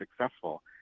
successful